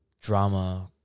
drama